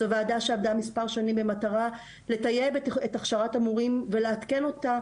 זו ועדה שעבדה מספר שנים במטרה לטייב את הכשרת המורים ולעדכן אותה